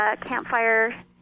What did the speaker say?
campfire